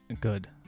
Good